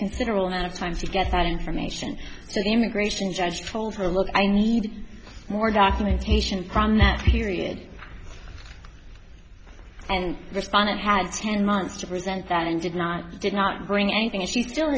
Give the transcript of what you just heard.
considerable amount of time to get that information so the immigration judge told her look i need more documentation problem that period and respondent had ten months to present that and did not did not bring anything if she still